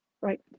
right